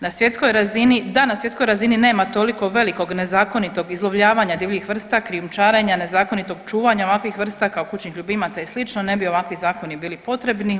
Na svjetskoj razini, da na svjetskoj razini nema toliko velikog nezakonitog izlovljavanja divljih vrsta, krijumčarenja, nezakonitog čuvanja ovakvih vrsta kao kućnih ljubimaca i slično ne bi ovakvi zakoni bili potrebni.